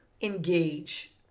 engage